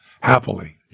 happily